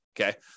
okay